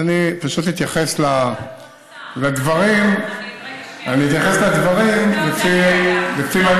אז אני פשוט אתייחס לדברים, רגע, שנייה, שנייה.